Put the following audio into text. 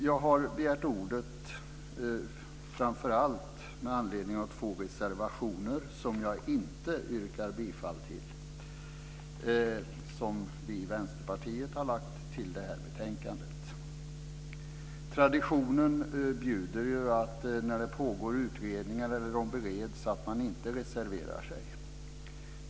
Jag har framför allt begärt ordet med anledning av två reservationer som jag inte yrkar bifall till, som vi i Vänsterpartiet har i det här betänkandet. Traditionen bjuder ju att man inte reserverar sig när det pågår utredningar eller när frågor bereds.